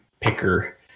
picker